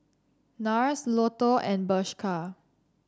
NARS Lotto and Bershka